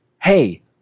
Hey